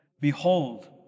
Behold